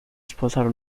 sposare